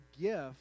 gift